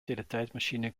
teletijdmachine